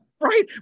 Right